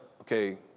okay